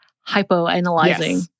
hypo-analyzing